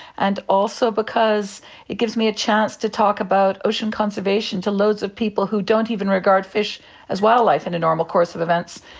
and also because it gives me a chance to talk about ocean conservation to loads of people who don't even regard fish as wildlife in the normal course of events,